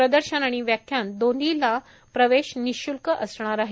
प्रदर्शन आणि व्याख्यान दोन्हीला प्रवेश निश्ल्क असणार आहे